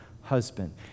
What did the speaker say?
husband